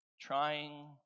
trying